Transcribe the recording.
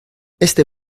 este